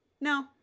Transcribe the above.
No